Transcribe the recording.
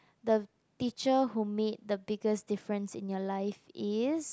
the teacher who made the biggest difference in your life is